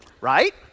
Right